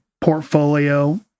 Portfolio